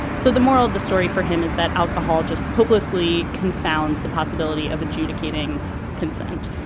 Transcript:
so the moral of the story for him is that alcohol just hopelessly confounds the possibility of adjudicating consent.